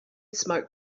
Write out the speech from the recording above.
smoke